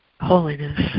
holiness